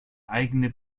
eigene